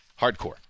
hardcore